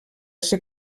ser